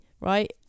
right